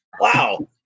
Wow